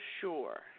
sure